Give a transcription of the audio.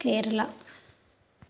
Kerala